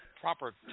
proper